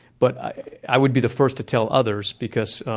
but i would be the first to tell others because,